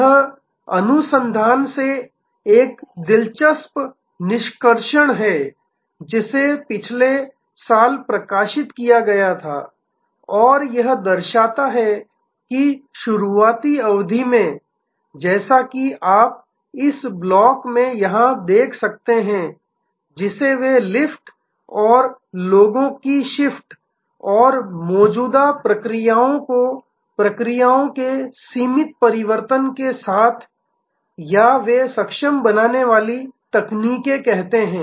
यह अनुसंधान से एक दिलचस्प निष्कर्षण है जिसे पिछले साल प्रकाशित किया गया था और यह दर्शाता है कि शुरुआती अवधि में जैसा कि आप इस ब्लॉक में यहां देख सकते हैं जिसे वे लिफ्ट और लोगों की शिफ्ट और मौजूदा प्रक्रियाओं को प्रक्रियाओं के सीमित परिवर्तन के साथ या वे सक्षम बनाने वाली तकनीकें कहते हैं